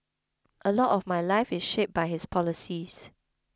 a lot of my life is shaped by his policies